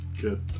good